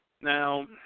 Now